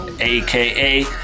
aka